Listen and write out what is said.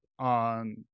on